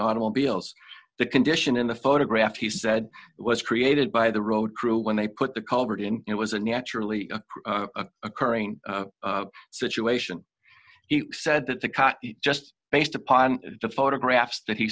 automobiles the condition in the photograph he said was created by the road crew when they put the culvert in it was a naturally occurring situation he said that the cot just based upon the photographs that he